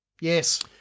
Yes